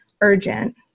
urgent